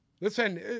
Listen